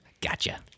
gotcha